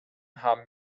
haben